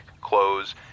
clothes